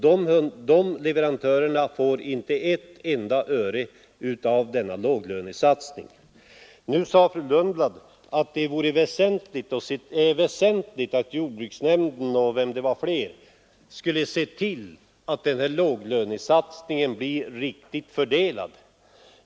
Dessa leverantörer får inte ett enda öre av denna låglönesatsning. Fru Lundblad sade att jordbruksnämnden, och vem det nu var mer, skulle se till att låglönesatsningen blev riktigt fördelad.